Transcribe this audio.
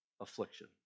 affliction